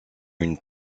une